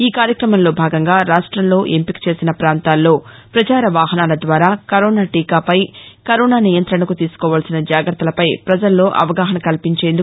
ఈకార్యక్రమంలో భాగంగా రాష్టంలోని ఎంపికచేసిన ప్రాంతాల్లో పచార వాహనాల ద్వారా కరోనా టీకాపై కరోనా నియం్రణకు తీసుకోవల్సిన జాగత్తలపై ప్రపజల్లో అవగాహన కల్పించనున్నారు